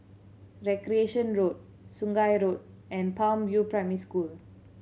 Recreation Road Sungei Road and Palm View Primary School